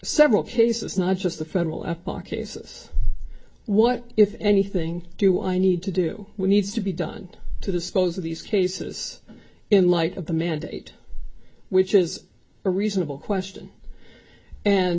several cases not just the federal up our cases what if anything do i need to do we need to be done to dispose of these cases in light of the mandate which is a reasonable question and